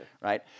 right